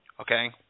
okay